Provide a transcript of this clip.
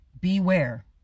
beware